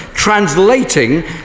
Translating